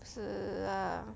是啊